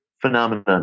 phenomenon